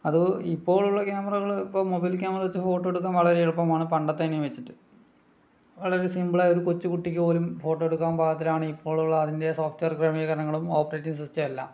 അത് ഇപ്പോളുള്ള ക്യാമറകള് ഇപ്പോൾ മൊബൈൽ ക്യാമറ വച്ച് ഫോട്ടോയെടുക്കാൻ വളരെ എളുപ്പമാണ് പണ്ടത്തേനേം വച്ചിട്ട് വളരെ സിംപിളായൊരു കൊച്ചു കുട്ടിക്കു പോലും ഫോട്ടോയെടുക്കാൻ പാകത്തിലാണ് ഇപ്പോളുള്ള അതിൻ്റെ സോഫ്റ്റ് വെയർ ക്രമീകരണങ്ങളും ഓപ്പറേറ്റിംഗ് സിസ്റ്റം എല്ലാം